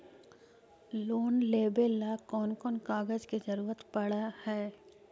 Loan लेबे ल कैन कौन कागज के जरुरत पड़ है?